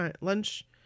lunch